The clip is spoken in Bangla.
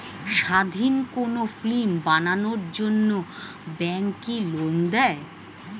স্বাধীন কোনো ফিল্ম বানানোর জন্য ব্যাঙ্ক কি লোন দেয়?